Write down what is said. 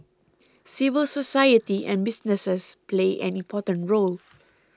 civil society and businesses play an important role